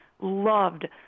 loved